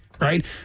Right